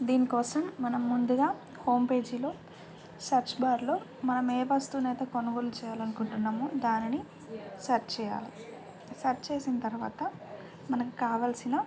దీనికోసం మనం ముందుగా హోమ్ పేజీలో సెర్చ్ బార్లో మనం ఏ వస్తువునైతే కొనుగోలు చేయాలనుకుంటున్నామో దానిని సెర్చ్ చేయాలి సెర్చ్ చేసిన తర్వాత మనకు కావాల్సిన